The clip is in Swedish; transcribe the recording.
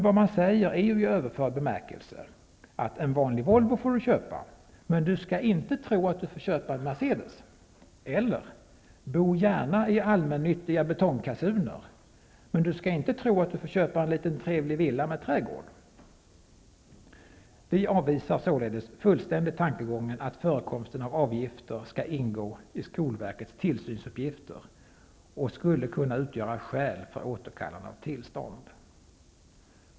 Vad man säger är ju i överförd bemärkelse att en vanlig Volvo får du köpa -- men du skall inte tro att du får köpa en Mercedes! Eller: Bo gärna i allmännyttiga betongkasuner -- men du skall inte tro att du får köpa en liten trevlig villa med trädgård. Vi avvisar således fullständigt tankegången att förekomsten av avgifter skall ingå i skolverkets tillsynsuppgifter och skulle kunna utgöra skäl för återkallande av tillstånd.